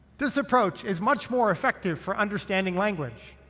this approach is much more effective for understanding language.